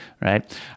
right